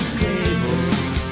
tables